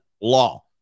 law